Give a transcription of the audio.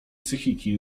psychiki